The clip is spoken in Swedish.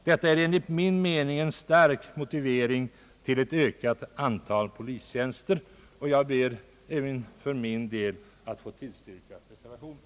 Detta är enligt min mening en stark motivering för ett ökat antal polistjänster, och jag ber för min del att få tillstyrka reservationen.